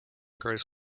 grows